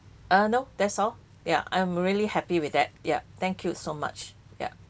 uh no that's all ya I am really happy with that yup thank you so much ya